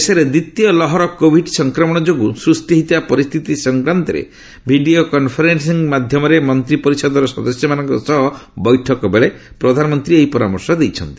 ଦେଶରେ ଦ୍ୱିତୀୟ ଲହର କୋଭିଡ୍ ସଂକ୍ରମଣ ଯୋଗୁଁ ସୃଷ୍ଟି ହୋଇଥିବା ପରିସ୍ଥିତି ସଂକ୍ରାନ୍ତରେ ଭିଡ଼ିଓ କନ୍ଫରେନ୍ସିଂ ମାଧ୍ୟମରେ ମନ୍ତ୍ରୀ ପରିଷଦର ସଦସ୍ୟମାନଙ୍କ ସହ ବୈଠକ ବେଳେ ପ୍ରଧାନମନ୍ତ୍ରୀ ଏହି ପରାମର୍ଶ ଦେଇଛନ୍ତି